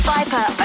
Viper